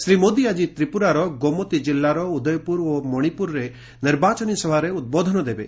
ଶ୍ରୀ ମୋଦି ଆକି ତ୍ରିପୁରାର ଗୋମତି କିଲ୍ଲାର ଉଦୟପୁର ଏବଂ ମଣିପୁରରେ ନିର୍ବାଚନୀ ସଭାରେ ଉଦ୍ବୋଧନ ଦେବେ